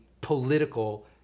political